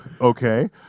Okay